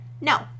No